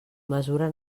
mesura